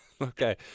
Okay